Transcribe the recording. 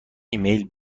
ایمیل